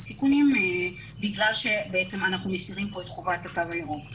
הסיכונים בגלל שאנחנו מסירים את חובת התו הירוק.